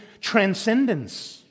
transcendence